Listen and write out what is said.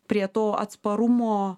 prie to atsparumo